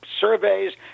surveys